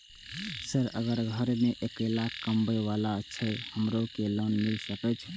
Sir अगर घर में अकेला कमबे वाला छे हमरो के लोन मिल सके छे?